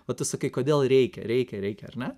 o tu sakai kodėl reikia reikia reikia ar ne